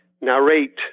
narrate